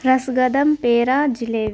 رس کدم پیڑا جلیب